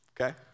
Okay